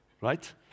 Right